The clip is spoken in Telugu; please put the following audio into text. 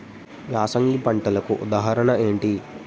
యాసంగి పంటలకు ఉదాహరణ ఏంటి?